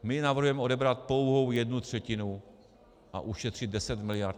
My navrhujeme odebrat pouhou jednu třetinu a ušetřit 10 miliard.